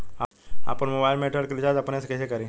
आपन मोबाइल में एयरटेल के रिचार्ज अपने से कइसे करि?